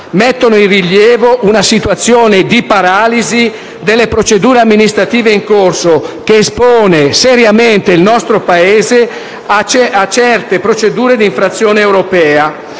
mettono in rilievo una situazione di paralisi delle procedure amministrative in corso, che espongono seriamente il nostro Paese a certe procedure europee